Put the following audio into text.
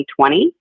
2020